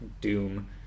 Doom